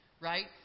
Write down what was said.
right